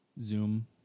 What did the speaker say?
zoom